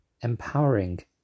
empowering